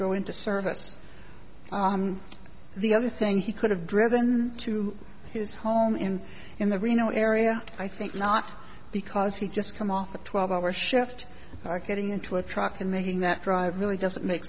go into service the other thing he could have driven to his home in in the reno area i think not because he just come off a twelve hour shift getting into a truck and making that drive really doesn't make